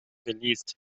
geleast